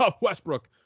Westbrook